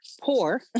poor